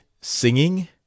singing